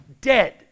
dead